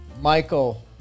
Michael